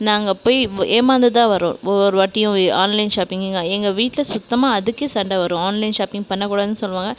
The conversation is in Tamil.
நாங்கள் போய் ஏமாந்து தான் வரோம் ஒவ்வொரு வாட்டியும் ஆன்லைன் ஷாப்பிங் எங்கள் வீட்டில் சுத்தமாக அதுக்கே சண்டை வரும் ஆன்லைன் ஷாப்பிங் பண்ணக்கூடாதுனு சொல்வாங்க